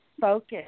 focus